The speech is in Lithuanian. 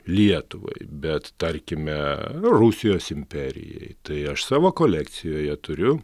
lietuvai bet tarkime nu rusijos imperijai tai aš savo kolekcijoje turiu